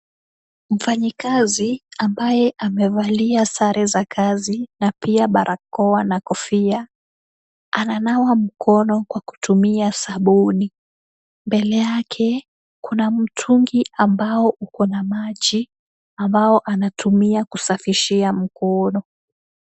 Mfanyikazi ambaye amevalia sare za kazi na pia barakoa na kofia, ananawa mikono kwa kutumia sabuni. Mbele yake kuna mtungi ambao uko na maji, ambao anatumia kusafishia mkono.